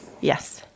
Yes